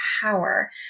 power